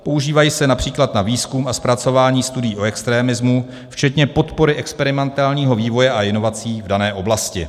Používají se například na výzkum a zpracování studií o extremismu včetně podpory experimentálního vývoje a inovací v dané oblasti.